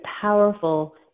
powerful